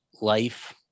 life